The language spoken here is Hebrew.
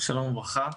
שלום וברכה,